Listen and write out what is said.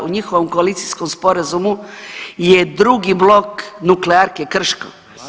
U njihovom koalicijskom sporazumu je drugi blok nuklearke Krško.